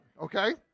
okay